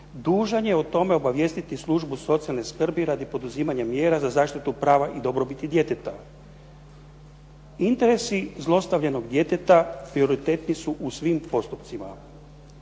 dužan je o tome obavijestiti službu socijalne skrbi radi poduzimanja mjera za zaštitu prava i dobrobiti djeteta. Interesi zlostavljenog djeteta prioritetni su u svim postupcima.